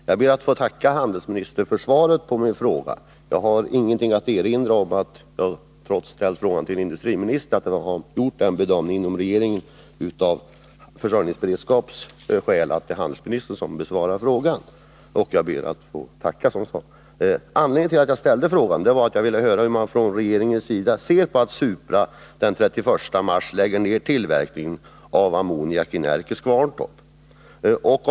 Herr talman! Jag ber att få tacka handelsministern för svaret på min fråga. Trots att jag ställt frågan till industriministern har jag ingenting att erinra mot att man inom regeringen gjort den bedömningen, att eftersom frågan rör försörjningsberedskap skall handelsministern besvara den. Anledningen till att jag ställde frågan var att jag ville höra hur man från regeringens sida ser på att Supra AB den 31 mars lägger ner tillverkningen av ammoniak i Närkes Kvarntorp.